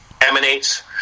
emanates